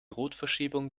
rotverschiebung